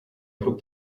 put